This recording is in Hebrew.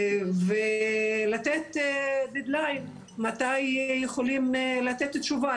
ולתת דד-ליין מתי יכולים לתת תשובה.